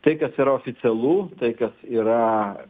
tai kas yra oficialu tai kas yra